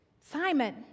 Simon